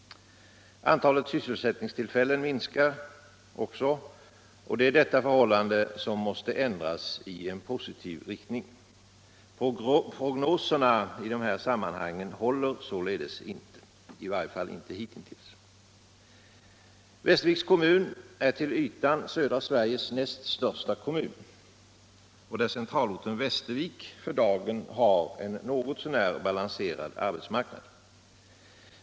Antalet sysselsättningstillfällen minskar också, och det är detta förhållande som måste ändras i en positiv riktning. Prognoserna i detta sammanhang håller således inte, i varje fall inte hittills. Västerviks kommun är till ytan södra Sveriges näst största, där centralorten Västervik för dagen har en något så när balanserad arbetsmarknad.